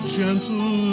gentle